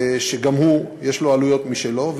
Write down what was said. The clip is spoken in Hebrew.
שגם הוא, יש לו עלויות משלו.